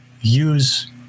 use